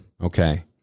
Okay